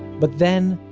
but then,